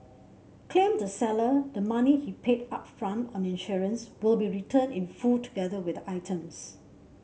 claimed the seller the money he paid upfront on insurance will be returned in full together with the items